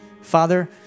Father